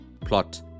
plot